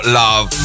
love